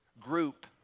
group